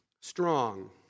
strong